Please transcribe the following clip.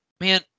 man